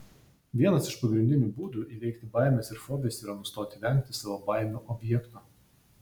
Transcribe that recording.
vienas iš pagrindinių būdų įveikti baimes ir fobijas yra nustoti vengti savo baimių objekto